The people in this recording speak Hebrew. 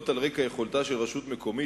על רקע יכולתה של רשות מקומית,